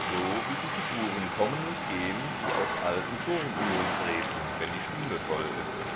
so wie die figuren kommen und gehen die aus alten turmuhren treten wenn die stunde voll ist